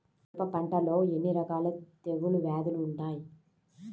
మిరప పంటలో ఎన్ని రకాల తెగులు వ్యాధులు వుంటాయి?